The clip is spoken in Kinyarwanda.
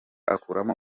akuramo